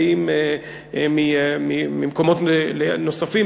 באים ממקומות נוספים,